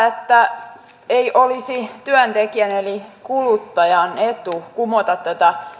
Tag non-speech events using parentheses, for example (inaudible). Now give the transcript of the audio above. (unintelligible) että ei olisi työntekijän eli kuluttajan etu kumota tätä